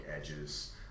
edges